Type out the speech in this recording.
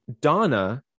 Donna